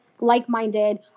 Like-minded